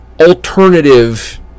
alternative